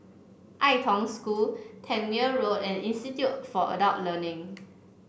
Ai Tong School Tangmere Road and Institute for Adult Learning